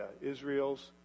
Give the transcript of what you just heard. Israel's